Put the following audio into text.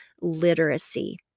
literacy